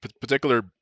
particular